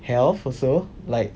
health also like